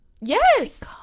yes